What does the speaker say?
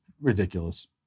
ridiculous